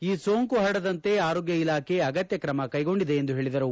ಈ ಸೋಂಕು ಪರಡದಂತೆ ಆರೋಗ್ಯ ಇಲಾಖೆ ಅಗತ್ಯ ಕ್ರಮ ಕೈಗೊಂಡಿದೆ ಎಂದು ತಿಳಿಸಿದರು